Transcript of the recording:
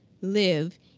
live